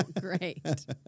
Great